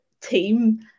team